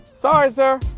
sorry, sir.